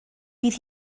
bydd